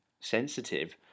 sensitive